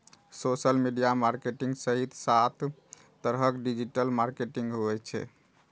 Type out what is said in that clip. social media marketing सहित सात तरहक डिजिटल मार्केटिंग होइ छै